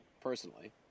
personally